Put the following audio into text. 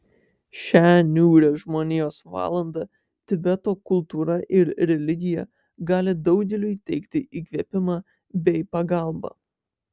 šią niūrią žmonijos valandą tibeto kultūra ir religija gali daugeliui teikti įkvėpimą bei pagalbą